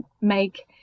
make